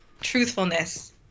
truthfulness